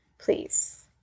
Please